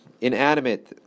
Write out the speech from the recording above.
inanimate